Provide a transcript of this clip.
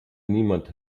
niemand